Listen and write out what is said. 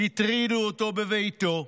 הטרידו אותו בביתו,